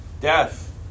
Death